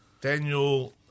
Daniel